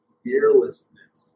fearlessness